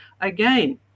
again